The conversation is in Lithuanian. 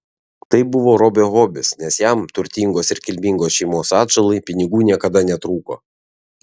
tai buvo robio hobis nes jam turtingos ir kilmingos šeimos atžalai pinigų niekada netrūko